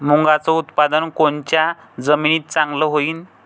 मुंगाचं उत्पादन कोनच्या जमीनीत चांगलं होईन?